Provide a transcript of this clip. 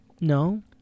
No